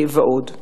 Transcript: ועוד.